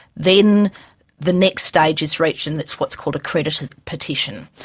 then the next stage is reached and it's what's called a creditor's petition.